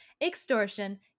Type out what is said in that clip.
extortion